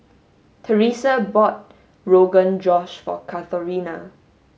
Teresa bought Rogan Josh for Katharina